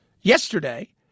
Yesterday